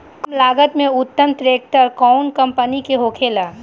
कम लागत में उत्तम ट्रैक्टर कउन कम्पनी के होखेला?